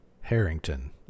Harrington